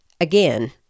Again